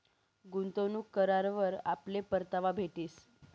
गुंतवणूक करावर आपले परतावा भेटीस